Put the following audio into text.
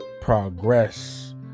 progress